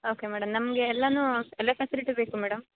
okay madam ನಮಗೆ ಎಲ್ಲ ಎಲ್ಲ ಪೆಸಿಲಿಟಿ ಬೇಕು ಮೇಡಮ್